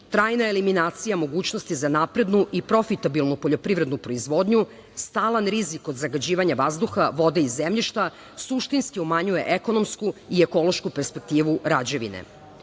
trajna eliminacija mogućnosti za naprednu i profitabilnu poljoprivrednu proizvodnju, stalan rizik od zagađivanja vazduha, vode i zemljišta, suštinski umanjuje ekonomsku i ekološku perspektivu Rađevine. Lokacija